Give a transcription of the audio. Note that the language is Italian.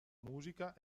musica